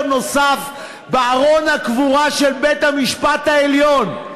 נוסף בארון הקבורה של בית-משפט עליון,